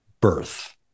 birth